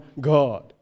God